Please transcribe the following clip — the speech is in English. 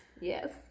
Yes